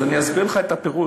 אז אסביר לך את הפירוש.